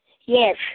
Yes